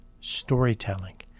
storytelling